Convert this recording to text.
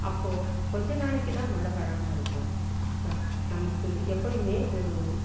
அப்போது கொஞ்சம் நாளைக்கு தான் மழை வராமல் இருக்கும் பட் நமக்கு எப்பயுமே ஒரு